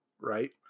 right